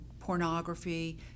Pornography